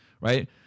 Right